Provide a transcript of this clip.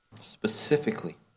specifically